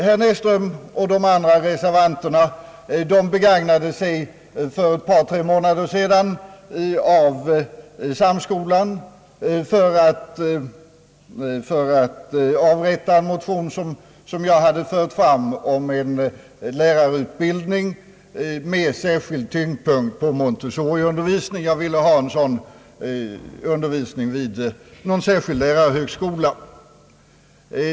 Herr Näsström och de andra reservanterna begagnade sig för ett par tre månader sedan av Samskolan i Göteborg för att avrätta en motion, som jag hade fört fram, om en lärarutbildning med särskild tyngdpunkt på Montessoriundervisning. Jag ville ha en sådan undervisning vid en särskild lärarhögskola.